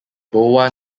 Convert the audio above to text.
boa